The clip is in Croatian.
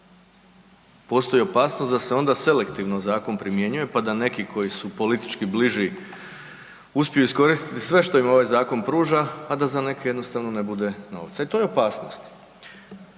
Postoji opasnost da se onda selektivno zakon primjenjuje pa da neki koji su politički bliži uspiju iskoristiti sve što im ovaj zakon pruža, a da za neke jednostavno ne bude novca. E to je opasnost.